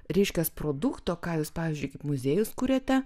ryškios produkto ką jūs pavyzdžiui kaip muziejus kuriate